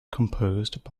composed